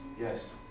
Yes